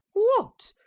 what!